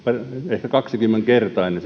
ehkä kaksikymmenkertainen